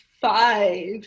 five